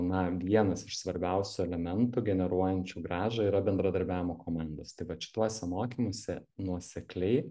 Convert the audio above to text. na vienas iš svarbiausių elementų generuojančių grąža yra bendradarbiavimo komandos tai vat šituose mokymuose nuosekliai